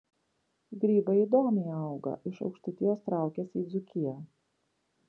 grybai įdomiai auga iš aukštaitijos traukiasi į dzūkiją